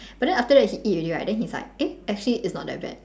but then after that he eat already right then he's like eh actually it's not that bad